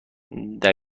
دقیقه